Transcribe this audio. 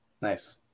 nice